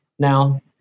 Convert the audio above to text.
Now